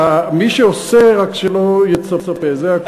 מי שעושה, רק שלא יצפה, זה הכול.